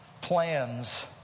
plans